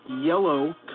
Yellow